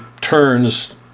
turns